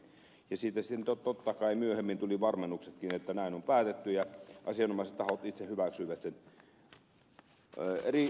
siitä sitten totta kai myöhemmin tulivat varmennuksetkin että näin on päätetty ja asianomaiset tahot itse hyväksyivät sen